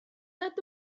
nad